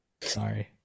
Sorry